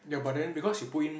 ya but then because you put in